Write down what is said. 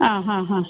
ആ ഹാ ഹാ